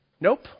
Nope